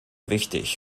wichtig